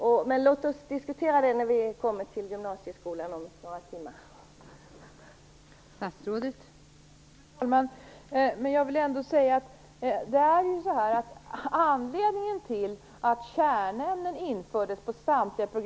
Låt oss alltså diskutera detta om några timmar när det är dags att diskutera gymnasieskolan.